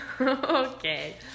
Okay